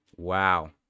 wow